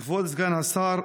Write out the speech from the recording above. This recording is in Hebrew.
כבוד סגן השר,